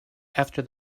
after